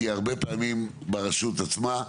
תהיה הרבה פעמים ברשות עצמה,